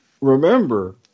remember